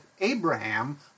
Abraham